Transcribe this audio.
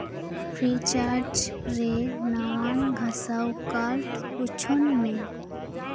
Freecharge ᱨᱮ ᱱᱟᱣᱟᱱ ᱜᱷᱟᱥᱟᱱ ᱠᱟᱨᱰ ᱩᱪᱷᱟᱹᱱ ᱢᱮ